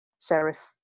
serif